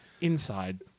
Inside